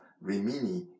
Rimini